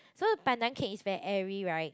so pandan cake is very airy right